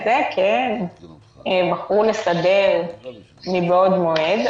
זה כן בחרו לסדר מבעוד מועד.